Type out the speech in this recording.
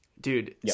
Dude